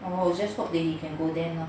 or just hope they can go there know